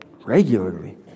regularly